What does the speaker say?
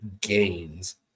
gains